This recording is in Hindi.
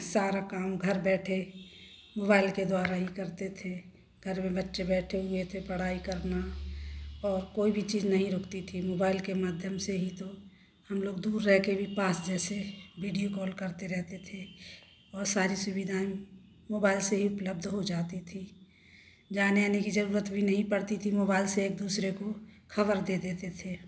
सारा काम घर बैठे मोबाइल के द्वारा ही करते थे घर में बच्चे बैठे हुए थे पढ़ाई करना और कोई भी चीज नहीं रूकती थी मोबाइल के माध्यम से ही तो हम लोग दूर रह के भी पास जैसे वीडियो कॉल करते रहते थे और सारी सुविधाएँ मोबाइल से ही उपलब्ध हो जाती थी जाने आने की जरूरत भी नहीं पड़ती थी मोबाइल से एक दूसरे को खबर दे देते थे